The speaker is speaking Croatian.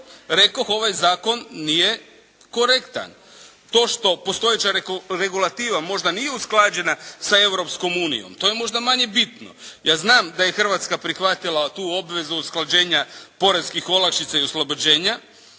rekoh ovaj Zakon nije korektan. To što postojeća regulativa možda nije usklađena sa Europskom unijom, to je možda manje bitno. Ja znam da je Hrvatska prihvatila tu obvezu usklađenja poreskih olakšica i oslobođenja,